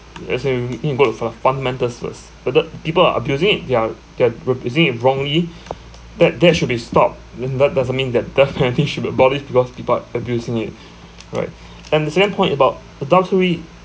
as in we need to go for the fundamentals first whether the people are abusing it they are they are using it wrongly that that should be stopped then that doesn't mean that death penalty should be abolished because people are abusing it right and the same point about adultery